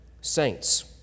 saints